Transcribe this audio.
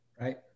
Right